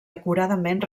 acuradament